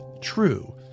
true